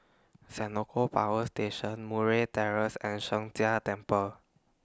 Senoko Power Station Murray Terrace and Sheng Jia Temple